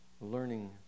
learning